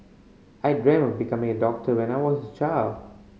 I dreamt of becoming a doctor when I was a child